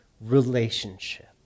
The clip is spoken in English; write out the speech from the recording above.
relationship